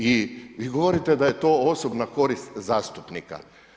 I govorite da je to osobna korist zastupnika.